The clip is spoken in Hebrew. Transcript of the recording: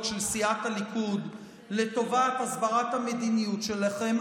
של סיעת הליכוד לטובת הסברת המדיניות שלכם,